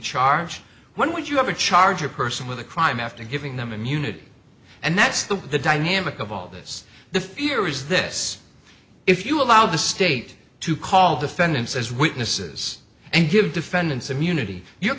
charge when would you have to charge a person with a crime after giving them immunity and that's the the dynamic of all this the fear is this if you allow the state to call defendants as witnesses and give defendants immunity you